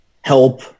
help